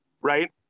right